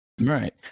Right